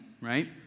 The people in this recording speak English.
right